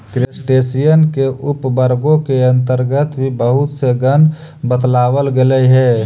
crustacean के उपवर्गों के अन्तर्गत भी बहुत से गण बतलावल गेलइ हे